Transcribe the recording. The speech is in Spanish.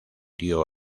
dio